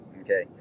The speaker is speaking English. okay